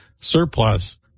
surplus